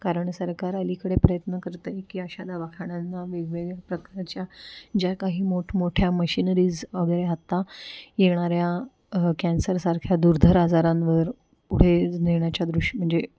कारण सरकार अलीकडे प्रयत्न करत आहे की अशा दवाखान्यांना वेगवेगळ्या प्रकारच्या ज्या काही मोठमोठ्या मशीनरीज वगैरे आत्ता येणाऱ्या कॅन्सरसारख्या दुर्धर आजारांवर पुढे नेण्याच्या दृष्टीने म्हणजे